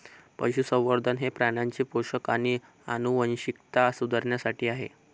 पशुसंवर्धन हे प्राण्यांचे पोषण आणि आनुवंशिकता सुधारण्यासाठी आहे